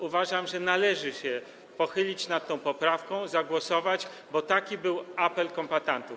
Uważam, że należy się pochylić nad tą poprawką i za nią zagłosować, bo taki był apel kombatantów.